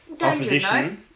opposition